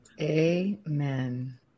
Amen